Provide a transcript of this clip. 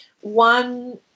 one